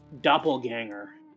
doppelganger